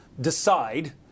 decide